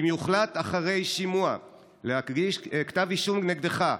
אם יוחלט אחרי השימוע להגיש כתב אישום נגדך,